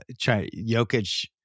Jokic